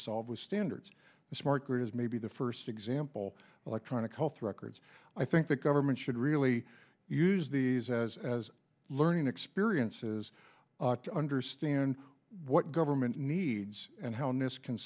solve standards the smart grid is maybe the first example electronic health records i think the government should really use these as as learning experiences to understand what government needs and how this can